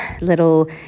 little